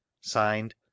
Signed